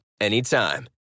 anytime